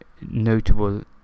notable